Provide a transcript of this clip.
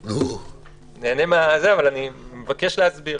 אני מבקש להסביר.